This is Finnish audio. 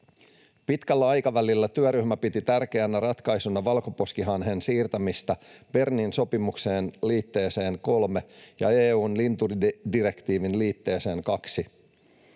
Pitkällä aikavälillä työryhmä piti tärkeänä ratkaisuna valkoposkihanhen siirtämistä Bernin sopimuksen liitteeseen III ja EU:n lintudirektiivin liitteeseen II.